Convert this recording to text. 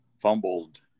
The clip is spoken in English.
fumbled